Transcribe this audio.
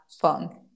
fun